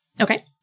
okay